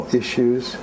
issues